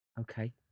Okay